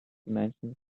dimensions